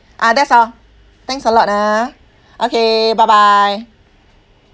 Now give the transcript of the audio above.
ah that's all thanks a lot ah okay bye bye